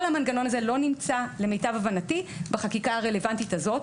כל המנגנון הזה לא נמצא למיטב הבנתי בחקיקה הרלוונטית הזאת,